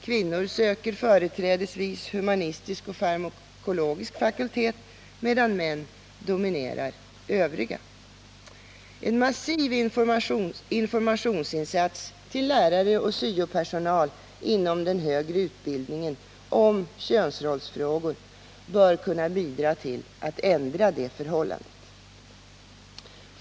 Kvinnor söker sig företrädesvis till humanistisk och farmakologisk fakultet, medan män dominerar övriga fakulteter. En massiv informationsinsats till lärare och syo-personal inom den högre utbildningen när det gäller könsrollsfrågor bör kunna bidra till att ändra det förhållandet.